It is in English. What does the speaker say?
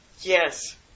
Yes